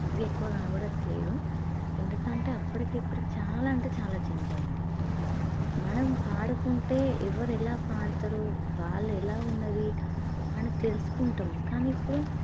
ఇవి ఎక్కువ కనపడట్లేదు ఎందుకంటే అప్పటికి ఇప్పటికి చాలా అంటే చాలా చేంజ్ అయ్యింది మనం పాడుకుంటే ఎవరు ఎలా పాడతారు వాళ్ళు ఎలా ఉంది అని తెలుసుకుంటాము కానీ ఇప్పుడు